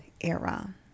era